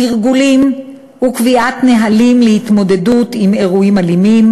תרגולים וקביעת נהלים להתמודדות עם אירועים אלימים.